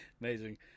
amazing